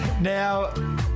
Now